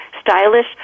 stylish